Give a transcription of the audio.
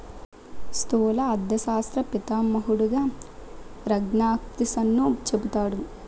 స్థూల అర్థశాస్త్ర పితామహుడుగా రగ్నార్ఫిషర్ను చెబుతారు